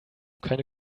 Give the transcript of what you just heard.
keine